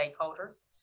stakeholders